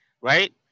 right